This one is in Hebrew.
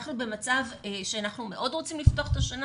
אנחנו במצב שאנחנו מאוד רוצים לפתוח את השנה